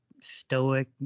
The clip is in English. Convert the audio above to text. stoic